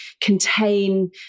contain